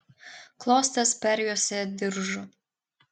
klostes perjuosė diržu